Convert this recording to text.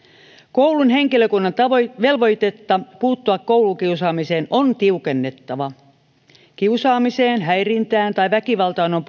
koulun henkilökunnan velvoitetta puuttua koulukiusaamiseen on tiukennettava kiusaamiseen häirintään tai väkivaltaan on